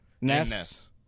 Ness